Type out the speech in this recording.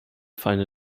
feinde